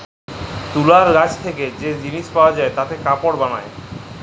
তুলর গাছ থেক্যে যে জিলিস পাওয়া যায় তাতে কাপড় বালায়